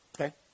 Okay